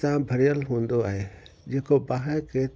सां भरियलु हूंदो आहे जेको बाहि खे